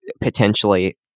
Potentially